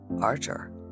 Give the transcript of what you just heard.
Archer